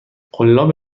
قلاب